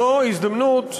זו הזדמנות,